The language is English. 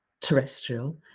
terrestrial